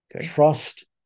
Trust